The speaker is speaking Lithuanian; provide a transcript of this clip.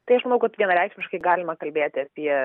tai aš manau kad vienareikšmiškai galima kalbėti apie